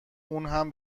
آنهم